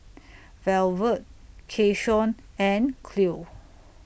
Velvet Keyshawn and Cleo